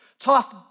Tossed